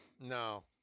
No